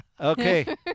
Okay